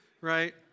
right